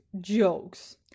jokes